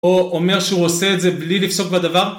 או אומר שהוא עושה את זה בלי לפסוק בדבר?